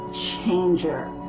changer